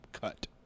cut